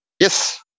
yes